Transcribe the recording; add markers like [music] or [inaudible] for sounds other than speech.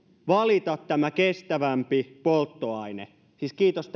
valita tämä kestävämpi polttoaine siis kiitos [unintelligible]